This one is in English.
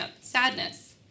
sadness